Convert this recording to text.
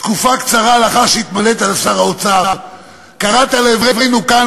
תקופה קצרה לאחר שהתמנית לשר האוצר קראת לעברנו כאן,